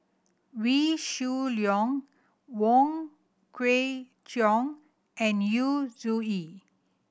Wee Shoo Leong Wong Kwei Cheong and Yu Zhuye